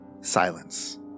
Silence